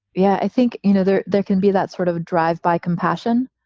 yeah, i think, you know, there there can be that sort of drive by compassion.